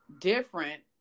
different